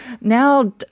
now